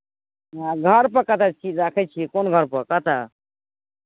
आ घरपर कतय छी राखै छियै कोन घरपर कतय